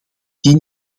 tien